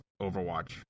Overwatch